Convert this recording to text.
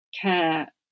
care